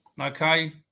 Okay